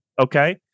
Okay